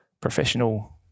professional